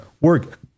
work